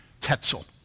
Tetzel